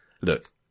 look